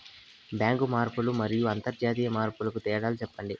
Bank మార్పులు మరియు అంతర్జాతీయ మార్పుల కు తేడాలు సెప్పండి?